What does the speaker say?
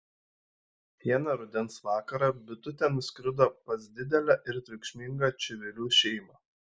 vieną rudens vakarą bitutė nuskrido pas didelę ir triukšmingą čivilių šeimą